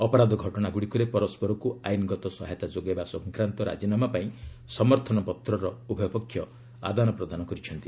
ଅପରାଧ ଘଟଣାଗୁଡ଼ିକରେ ପରସ୍କରକୁ ଆଇନଗତ ସହାୟତା ଯୋଗାଇବା ସଂକ୍ରାନ୍ତ ରାଜିନାମା ପାଇଁ ସମର୍ଥନପତ୍ରର ଉଭୟପକ୍ଷ ଆଦାୟନପ୍ରଦାନ କରିଛନ୍ତି